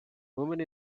woman